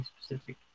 specific